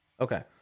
okay